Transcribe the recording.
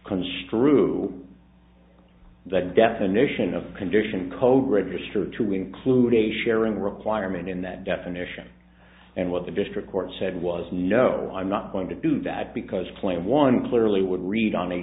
construe that definition of a condition code register to include a sharing requirement in that definition and what the district court said was no i'm not going to do that because player one clearly would read on a